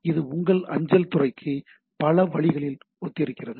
இது எங்கள் அஞ்சல் துறைக்கு பல வழிகளில் ஒத்திருக்கிறது